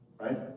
Right